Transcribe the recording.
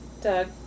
Doug